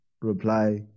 reply